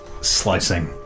slicing